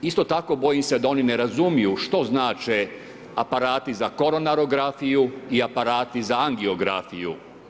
Isto tako bojim se da oni ne razumiju što znače aparati za koronarografiju i aparati angiografiju.